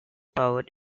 powered